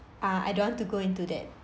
uh I don't want to go into that